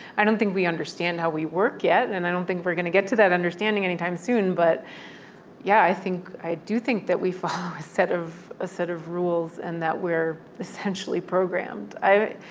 i don't think we understand how we work yet. and i don't think we're going to get to that understanding anytime soon. but yeah, i think i do think that follow a set of ah set of rules and that we're essentially programmed. i